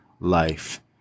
life